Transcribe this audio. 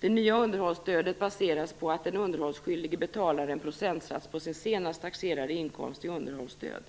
Det nya underhållsstödet baseras på att den underhållsskyldige betalar en procentsats på sin senast taxerade inkomst i underhållsstöd.